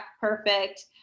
perfect